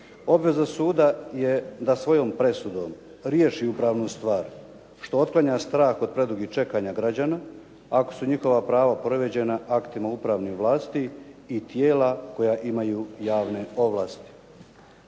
obveza suda je da svojom presudom riješi upravnu stvar što otklanja strah od predugih čekanja građana, ako su njihova prava povrijeđena aktima upravnih vlasti i tijela koja imaju javne ovlasti.